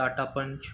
Tata punch